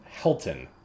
Helton